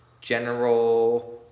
general